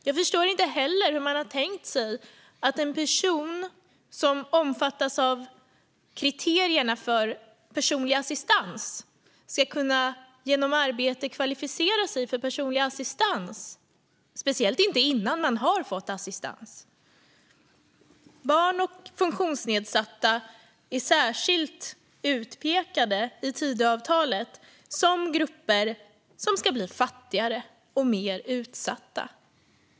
Jag förstår inte heller hur man har tänkt sig att en person som omfattas av kriterierna för personlig assistans ska kunna kvalificera sig för sådan assistans genom arbete, speciellt inte innan man har fått assistans. Barn och funktionsnedsatta är särskilt utpekade i Tidöavtalet som grupper som ska bli fattigare och mer utsatta.